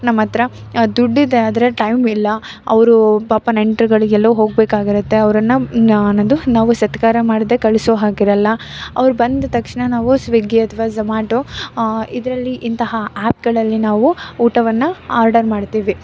ನಮ್ಮ ಹತ್ರ ದುಡ್ಡಿದೆ ಆದರೆ ಟೈಮಿಲ್ಲ ಅವರೂ ಪಾಪ ನೆಂಟ್ರಗಳ್ಗೆ ಎಲ್ಲೋ ಹೋಗ್ಬೇಕಾಗಿರುತ್ತೆ ಅವ್ರನ್ನು ನಾನು ಅನ್ನೋದು ನಾವು ಸತ್ಕಾರ ಮಾಡದೇ ಕಳ್ಸೋ ಹಾಗಿರೋಲ್ಲ ಅವ್ರು ಬಂದ ತಕ್ಷಣ ನಾವು ಸ್ವಿಗ್ಗಿ ಅಥ್ವಾ ಝಮ್ಯಾಟೋ ಇದರಲ್ಲಿ ಇಂತಹ ಆ್ಯಪ್ಗಳಲ್ಲಿ ನಾವು ಊಟವನ್ನು ಆರ್ಡರ್ ಮಾಡ್ತೀವಿ